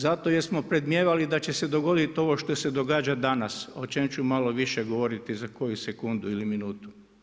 Zato jer smo predmnijevali da će se dogoditi ovo što se događa danas, o čemu ću malo više govoriti za koju sekundu ili minutu.